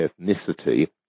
ethnicity